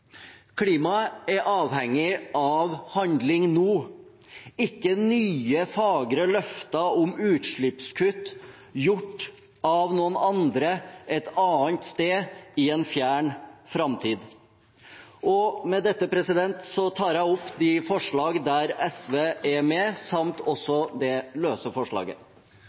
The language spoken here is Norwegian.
Klimaet er avhengig av handling nå – ikke nye fagre løfter om utslippskutt gjort av noen andre, et annet sted i en fjern framtid. Med dette tar jeg opp de forslag der SV er med, samt det løse forslaget